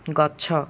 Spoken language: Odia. ଗଛ